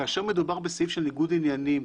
כאשר מדובר בסעיף של ניגוד עניינים,